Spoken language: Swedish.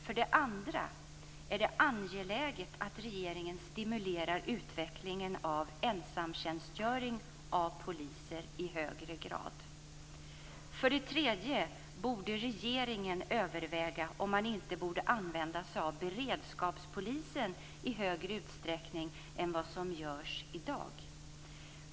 · För det andra är det angeläget att regeringen stimulerar utvecklingen av ensamtjänstgöring av poliser i högre grad. · För det tredje borde regeringen överväga om man inte borde använda sig av beredskapspolisen i större utsträckning än vad som görs i dag.